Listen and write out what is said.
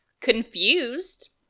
Confused